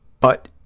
but